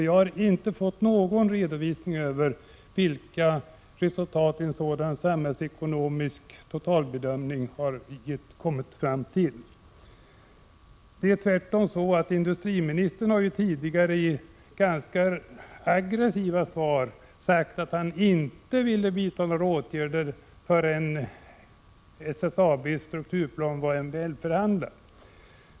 Jag har inte fått någon redovisning av vilka resultat en sådan samhällsekonomisk totalbedömning har kommit fram till. Tvärtom har industriministern tidigare i ganska aggressiva svar sagt att han inte ville vidta några åtgärder förrän SSAB:s strukturplan varit föremål för MBL-förhandlingar.